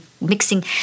mixing